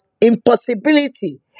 impossibility